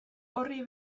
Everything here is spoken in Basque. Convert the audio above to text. orri